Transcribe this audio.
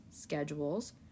schedules